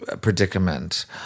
predicament